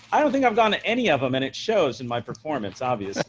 i don't think i've done any of them. and it shows in my performance obvious